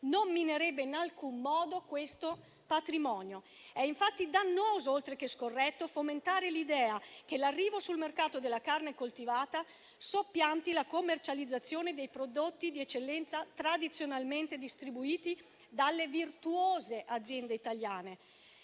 non minerebbe in alcun modo questo patrimonio. È infatti dannoso, oltre che scorretto, fomentare l'idea che l'arrivo sul mercato della carne coltivata soppianti la commercializzazione dei prodotti di eccellenza tradizionalmente distribuiti dalle virtuose aziende italiane.